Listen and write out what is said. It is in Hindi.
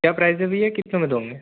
क्या प्राइज़ है भईया कितने में दोगे